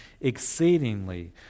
exceedingly